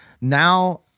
now